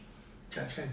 charge hand